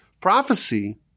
prophecy